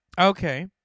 Okay